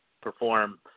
perform